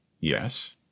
yes